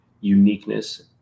uniqueness